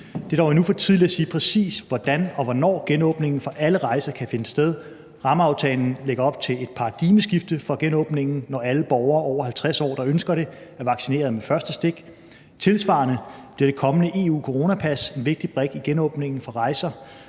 dog endnu for tidligt at sige, præcis hvordan og hvornår genåbningen for alle rejser kan finde sted. Rammeaftalen lægger op til et paradigmeskifte for genåbningen, når alle borgere over 50 år, der ønsker det, er vaccineret med første stik. Tilsvarende bliver det kommende EU-coronapas en vigtig brik i genåbningen med hensyn